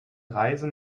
reise